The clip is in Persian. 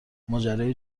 ماجرای